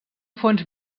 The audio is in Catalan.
fons